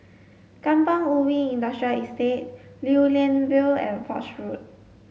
Kampong Ubi Industrial Estate Lew Lian Vale and Foch Road